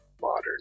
modern